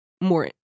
more